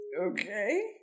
Okay